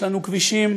יש לנו כבישים,